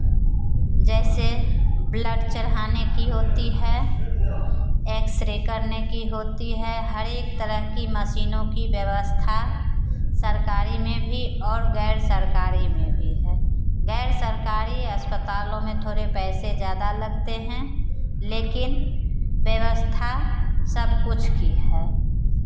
जैसे ब्लड चढ़ाने की होती है एक्स रे करने की होती है हर एक तरह की मशीनों की व्यवस्था सरकारी में भी और गैर सरकारी में भी है गैर सरकारी अस्पतालों में थोरे पैसे ज़्यादा लगते हैं लेकिन व्यवस्था सब कुछ की है